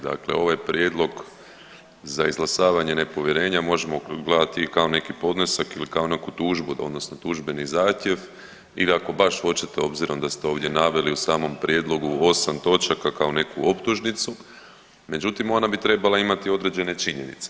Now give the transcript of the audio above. Dakle, ovo je prijedlog za izglasavanje nepovjerenja možemo gledati i kao neki podnesak i kao neku tužbu, odnosno tužbeni zahtjev ili ako baš hoćete obzirom da ste ovdje naveli u samom prijedlogu osam točaka kao neku optužnicu, međutim, ona bi trebala imati određene činjenice.